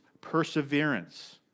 perseverance